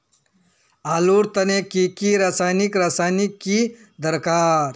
आलूर तने की रासायनिक रासायनिक की दरकार?